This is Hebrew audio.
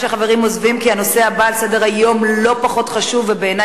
נעבור לתוצאות ההצבעה: בעד,